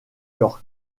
york